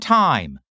time